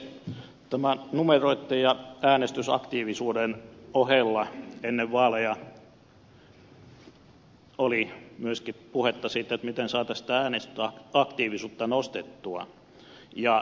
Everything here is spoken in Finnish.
numeroitten ja äänestysaktiivisuuden ohella ennen vaaleja oli myöskin puhetta siitä miten saataisiin tätä äänestysaktiivisuutta nostettua